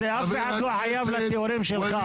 אף אחד לא חייב להסכים עם התיאורים שלך.